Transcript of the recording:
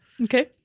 Okay